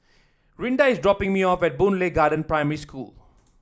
Rinda is dropping me off at Boon Lay Garden Primary School